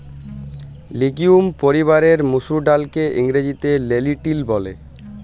legume পরিবারের মসুর ডাইলকে ইংরেজিতে লেলটিল ব্যলে